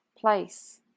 place